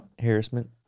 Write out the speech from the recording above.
Harassment